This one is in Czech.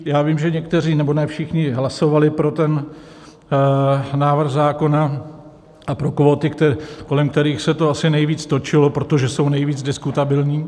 Já vím, že někteří nebo ne všichni hlasovali pro ten návrh zákona a pro kvóty, kolem kterých se to asi nejvíc točilo, protože jsou nejvíc diskutabilní.